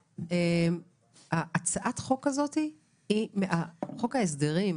הצעת החוק הזאת היא מחוק ההסדרים,